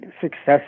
success